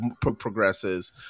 progresses